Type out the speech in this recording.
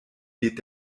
geht